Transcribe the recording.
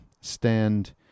stand